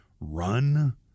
run